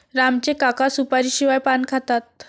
राम चे काका सुपारीशिवाय पान खातात